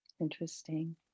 Interesting